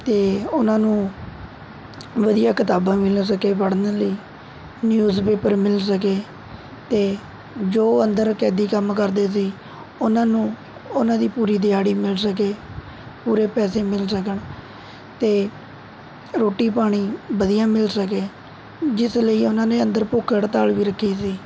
ਅਤੇ ਉਹਨਾਂ ਨੂੰ ਵਧੀਆ ਕਿਤਾਬਾਂ ਮਿਲ ਸਕੇ ਪੜ੍ਹਨ ਲਈ ਨਿਊਜ਼ ਪੇਪਰ ਮਿਲ ਸਕੇ ਅਤੇ ਜੋ ਅੰਦਰ ਕੈਦੀ ਕੰਮ ਕਰਦੇ ਸੀ ਉਹਨਾਂ ਨੂੰ ਉਹਨਾਂ ਦੀ ਪੂਰੀ ਦਿਹਾੜੀ ਮਿਲ ਸਕੇ ਪੂਰੇ ਪੈਸੇ ਮਿਲ ਸਕਣ ਅਤੇ ਰੋਟੀ ਪਾਣੀ ਵਧੀਆ ਮਿਲ ਸਕੇ ਜਿਸ ਲਈ ਉਹਨਾਂ ਨੇ ਅੰਦਰ ਭੁੱਖ ਹੜਤਾਲ ਵੀ ਰੱਖੀ ਸੀ